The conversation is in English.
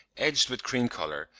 edged with cream colour,